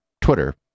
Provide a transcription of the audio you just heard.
Twitter